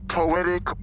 poetic